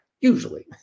usually